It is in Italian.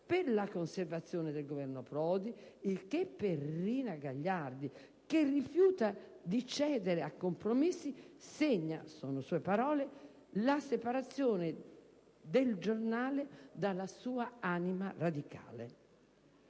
per la conservazione del Governo Prodi, il che per Rina Gagliardi, che rifiuta di cedere a compromessi, segna - sono sue parole "la separazione del giornale dalla sua anima radicale".